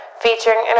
featuring